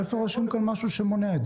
איפה רשום כאן משהו שמונע את זה?